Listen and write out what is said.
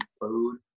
food